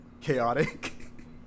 chaotic